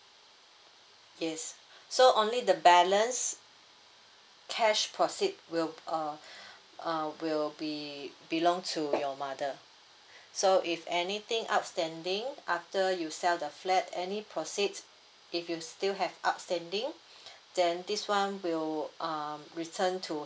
yes so only the balance cash proceed will uh uh will be belong to your mother so if anything outstanding after you sell the flat any proceed if you still have outstanding then this one will um return to